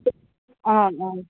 অঁ অঁ